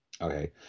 Okay